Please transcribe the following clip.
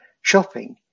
shopping